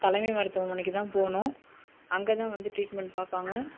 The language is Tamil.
தலைமை மருத்துவமனைக்கு தான் போகணும் அங்கேதான் வந்து ட்ரீட்மென்ட் பார்ப்பாங்க